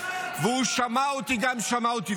והוא שמע אותי גם שמע אותי.